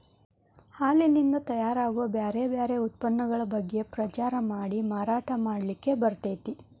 ಹಾಲಿನಿಂದ ತಯಾರ್ ಆಗೋ ಬ್ಯಾರ್ ಬ್ಯಾರೆ ಉತ್ಪನ್ನಗಳ ಬಗ್ಗೆ ಪ್ರಚಾರ ಮಾಡಿ ಮಾರಾಟ ಮಾಡ್ಲಿಕ್ಕೆ ಬರ್ತೇತಿ